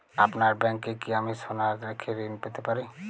আপনার ব্যাংকে কি আমি সোনা রেখে ঋণ পেতে পারি?